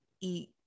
eat